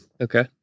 Okay